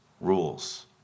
rules